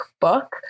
book